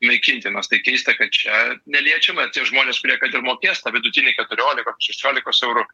naikintinos tai keista kad čia neliečiama tie žmonės kurie kad ir mokės tą vidutinį keturiolika šešiolikos eurų